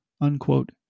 unquote